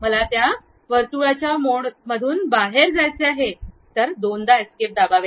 मला त्या मंडळाच्या मोडातून बाहेर यायचे आहे तर दोनदा एस्केप दाबा